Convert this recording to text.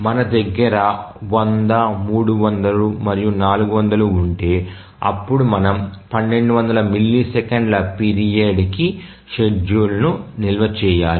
మన దగ్గర 100 300 మరియు 400 ఉంటే అప్పుడు మనము 1200 మిల్లీ సెకన్ల పీరియడ్కి షెడ్యూల్ ను నిల్వ చేయాలి